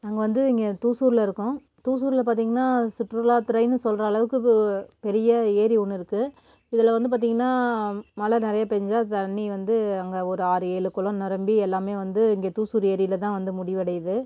நாங்கள் வந்து இங்கே தூசூரில் இருக்கோம் தூசூரில் பார்த்தீங்கன்னா சுற்றுலா துறையின்னு சொல்கிற அளவுக்கு பெரிய ஏரி ஒன்று இருக்குது இதில் வந்து பார்த்தீங்கன்னா மழை நிறைய பெஞ்சா தண்ணி வந்து அங்கே ஒரு ஆறு ஏழு குளம் நிரம்பி எல்லாமே வந்து இங்கே தூசூர் ஏரியில் தான் வந்து முடிவடையுது